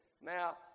Now